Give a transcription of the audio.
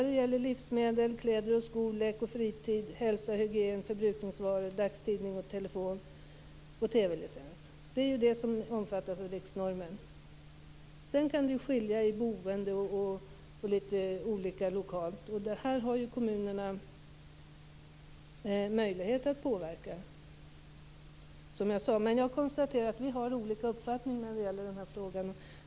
Det omfattar livsmedel, kläder och skor, lek och fritid, hälsa och hygien, förbrukningsvaror, dagstidning, telefon och TV-licens. Det kan lokalt skilja litet när det gäller boende och litet annat, och detta har kommunerna, som jag sade, möjlighet att påverka. Jag konstaterar att vi har olika uppfattning i denna fråga.